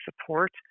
support